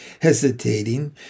hesitating